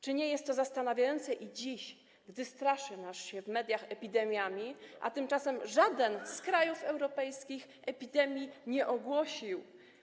Czy nie jest to zastanawiające dziś, gdy straszy się nas w mediach epidemiami, a tymczasem żaden z krajów europejskich epidemii nie ogłosił.